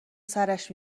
سرش